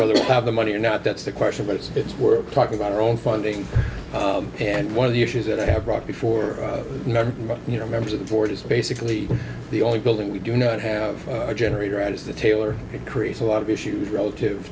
really have the money or not that's the question but it's it's we're talking about our own funding and one of the issues that i have brought before never you know members of the board is basically the only building we do not have a generator on is the tailor it creates a lot of issues relative